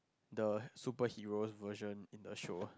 the superheroes version in the show